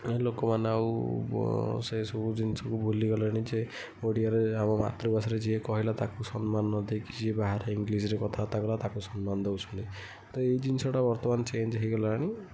ଲୋକମାନେ ଆଉ ବ ସେସବୁ ଜିନିଷକୁ ଭୁଲିଗଲେଣି ଯେ ଓଡ଼ିଆରେ ଆମ ମାତୃଭାଷାରେ ଯିଏ କହିଲା ତାକୁ ସମ୍ମାନ ନ ଦେଇକି ଯିଏ ବାହାରେ ଇଂଗ୍ଲିଶ୍ରେ କଥାବାର୍ତ୍ତା କଲା ତାକୁ ସମ୍ମାନ ଦେଉଛନ୍ତି ତ ଏଇ ଜିନିଷଟା ବର୍ତ୍ତମାନ୍ ଚେଞ୍ଜ୍ ହେଇଗଲାଣି